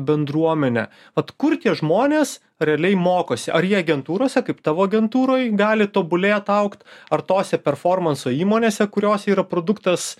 bendruomenę vat kur tie žmonės realiai mokosi ar jie agentūrose kaip tavo agentūroj gali tobulėt augt ar tose performanso įmonėse kuriose yra produktas